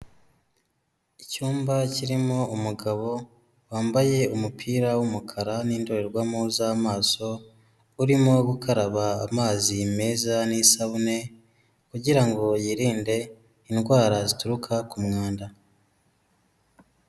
Icyumba kirimo umugabo wambaye umupira w'umukara n'indorerwamo z'amaso urimo gukaraba amazi meza n'isabune, kugira ngo yirinde indwara zituruka ku mwanda.